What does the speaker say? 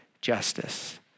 justice